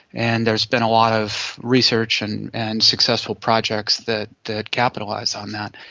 and there has been a lot of research and and successful projects that that capitalise on that.